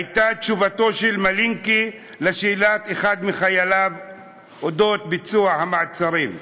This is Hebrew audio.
הייתה תשובתו של מלינקי על שאלת אחד מחייליו על אודות ביצוע המעצרים.